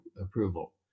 approval